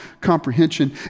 comprehension